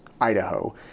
Idaho